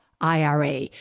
IRA